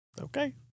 Okay